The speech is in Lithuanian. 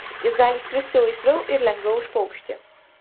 jis gali skristi laisviau ir lengviau už paukštį